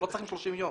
הוא לא צריך 30 יום.